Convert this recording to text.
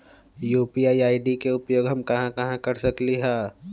UPI ID के उपयोग हम कहां कहां कर सकली ह?